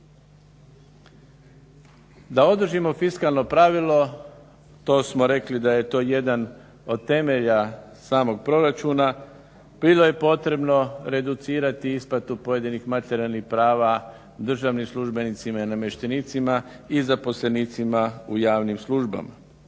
Da održimo fiskalno pravilo to smo rekli da je to jedan od temelja samog proračuna, bilo je potrebno reducirati isplatu pojedinih materijalnih prava državnim službenicima i namještenicima i zaposlenicima u javnim službama.